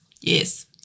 Yes